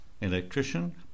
Electrician